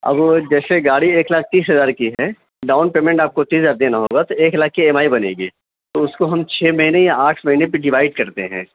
اب وہ گاڑی دیکھیے ایک لاکھ تیس ہزار کی ہے ڈاؤن پیمنٹ آپ کو تیس ہزار دینا ہوگا تو ایک لاکھ کی ایم آئی بنے گی تو اس کو ہم چھ مہینے یا آٹھ مہینے پہ ڈیوائڈ کرتے ہیں